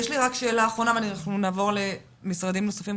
שאלה אחרונה לפני שנעבור למשרדים אחרים,